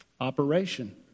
operation